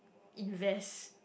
invest